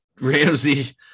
Ramsey